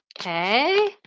Okay